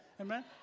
Amen